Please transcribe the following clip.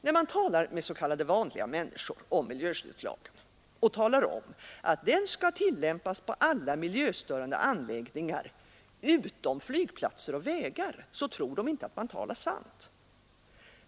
När man talar med s.k. vanliga människor om miljöskyddslagen och talar om att den skall tillämpas på alla miljöstörande anläggningar utom flygplatser och vägar, tror de inte att man talar sant.